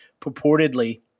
purportedly